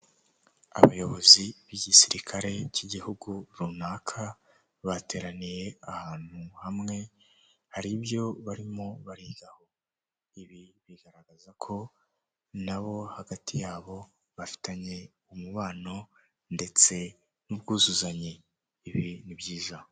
Abayobozi b'igisirikare cy'igihugu runaka bateraniye ahantu hamwe hari ibyo barimo barigaho ibi bigaragaza ko nabo hagati yabo bafitanye umubano ndetse n'ubwuzuzanye ibi ni byiza.